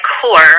core